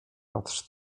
patrz